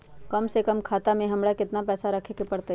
कम से कम खाता में हमरा कितना पैसा रखे के परतई?